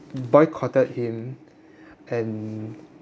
boycotted him and